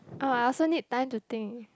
oh I also need time to think